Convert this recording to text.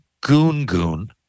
goon-goon